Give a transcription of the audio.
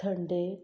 थंडेक